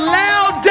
loud